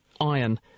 iron